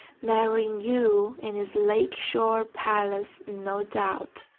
marrying you in his lake shore palace, no doubt.